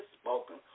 spoken